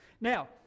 Now